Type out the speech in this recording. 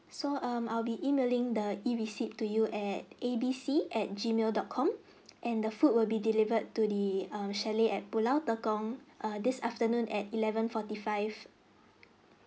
so um I'll be emailing the e-receipt to you at A B C at G mail dot com and the food will be delivered to the um chalet at pulau tekong err this afternoon at eleven forty five